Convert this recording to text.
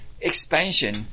expansion